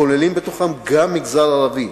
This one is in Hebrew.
הכוללים בתוכם גם את המגזר הערבי,